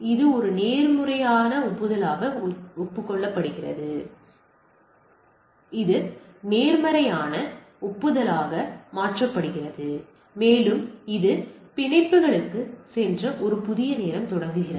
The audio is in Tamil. இது ஒரு நேர்மறையான ஒப்புதலாக ஒப்புக்கொள்கிறது மேலும் அது பிணைப்புகளுக்குச் சென்று புதிய நேரம் தொடங்குகிறது